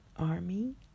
Army